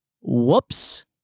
Whoops